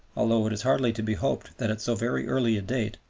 although it is hardly to be hoped that at so very early a date,